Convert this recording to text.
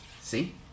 See